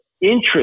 interest